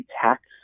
tax